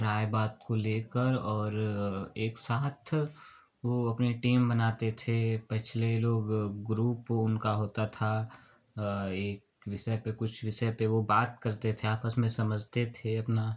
राय बात को लेकर और एक साथ वो अपने टीम बनाते थे पछले लोग ग्रुप उनका होता था एक विषय पे कुछ विषय पे वो बात करते थे आपस में समझते थे अपना